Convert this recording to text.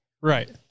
right